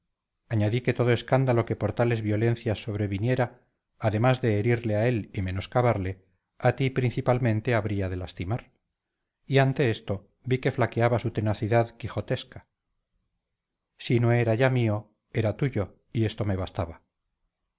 añadí que todo escándalo que por tales violencias sobreviniera además de herirle a él y menoscabarle a ti principalmente habría de lastimar y ante esto vi que flaqueaba su tenacidad quijotesca si no era ya mío era tuyo y esto me bastaba